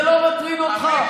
זה לא מטריד אותך?